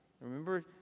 Remember